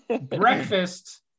breakfast